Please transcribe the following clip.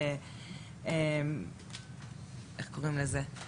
או רשת בטחון כלשהי שתספק את הבטחון לנשים האלה.